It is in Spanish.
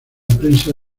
prensa